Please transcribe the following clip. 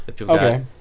Okay